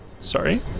Sorry